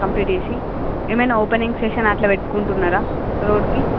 complete చేసి ఏమైనా opening session అట్ల పెట్టుకుంటున్నారా రోడ్ కి